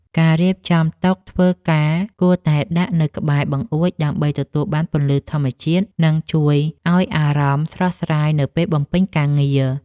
ការរៀបចំតុធ្វើការគួរតែដាក់នៅក្បែរបង្អួច ដើម្បីទទួលបានពន្លឺធម្មជាតិ និងជួយឱ្យអារម្មណ៍ស្រស់ស្រាយនៅពេលបំពេញការងារ។